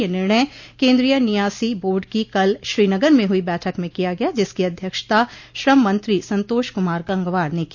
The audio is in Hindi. यह निर्णय केन्द्रीय नियासी बोर्ड की कल श्रीनगर में हुई बैठक में किया गया जिसकी अध्यक्षता श्रम मंत्री संतोष कुमार गंगवार ने की